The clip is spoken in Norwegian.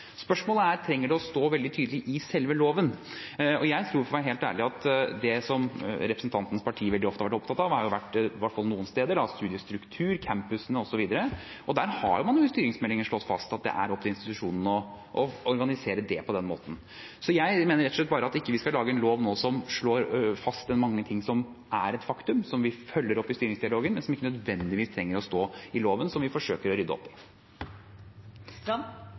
å stå veldig tydelig i selve loven? Jeg tror for å være helt ærlig at det representantens parti veldig ofte har vært opptatt av, har vært – iallfall noen steder – studiestruktur, campusene osv. Man har jo i styringsmeldinger slått fast at det er opp til institusjonene å organisere det på den måten. Så jeg mener rett og slett bare at vi ikke nå skal lage en lov som slår fast mange ting som er et faktum, og som vi følger opp i styringsdialogen, men som ikke nødvendigvis trenger å stå i loven, som vi forsøker å rydde opp i.